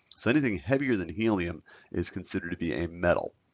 so anything heavier than helium is considered to be a metal.